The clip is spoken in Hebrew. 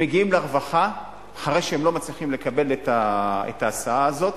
הם מגיעים לרווחה אחרי שהם לא מצליחים לקבל את ההסעה הזו,